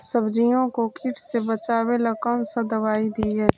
सब्जियों को किट से बचाबेला कौन सा दबाई दीए?